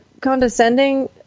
condescending